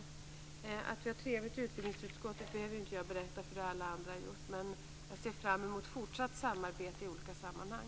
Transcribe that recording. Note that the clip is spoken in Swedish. Jag behöver inte berätta att vi har trevligt i utbildningsutskottet eftersom alla andra har gjort det. Men jag ser fram emot fortsatt samarbete i olika sammanhang.